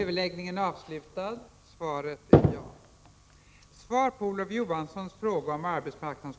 Fru talman!